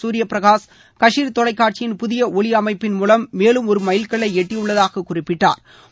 குர்யபிரகாஷ் கவிர தொலைக்காட்சியின் புதிய ஒலி அனமப்பின் மூலம் மேலும் ஒரு மைல்கல்லை எட்டியுள்ளதாக குறிப்பிட்டாா்